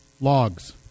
logs